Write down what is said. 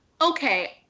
okay